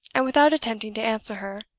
and without attempting to answer her.